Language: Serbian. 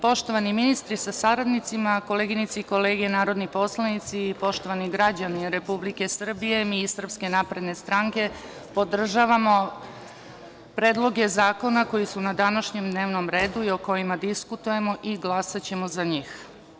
Poštovani ministri sa saradnicima, koleginice i kolege narodni poslanici i poštovani građani Republike Srbije, mi iz SRS podržavamo predloge zakona koji su na današnjem dnevnom redu i o kojima diskutujemo i glasaćemo za njih.